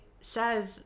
says